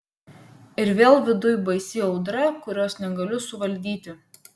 ir vėl viduj baisi audra kurios negaliu suvaldyti